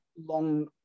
long